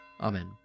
Amen